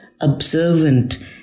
observant